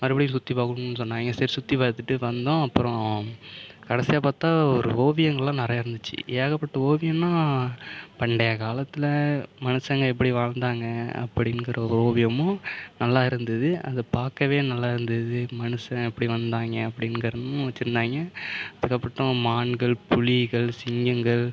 மறுபடியும் சுற்றி பார்க்கணும்னு சொன்னாங்க சரி சுற்றி பார்த்துட்டு வந்தோம் அப்புறம் கடைசியாக பார்த்தா ஒரு ஓவியங்கள்லாம் நிறையா இருந்துச்சு ஏகப்பட்ட ஓவியம்னா பண்டைய காலத்தில் மனுஷங்கள் எப்படி வாழ்ந்தாங்க அப்படிங்கிற ஓவியமும் நல்லா இருந்தது அது பார்க்கவே நல்லாயிருந்தது மனுஷன் இப்படி வந்தாய்க அப்படிங்குறதும் வச்சிருந்தாங்க அதுக்கப்புட்டம் மான்கள் புலிகள் சிங்கங்கள்